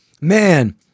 Man